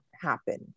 happen